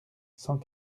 cent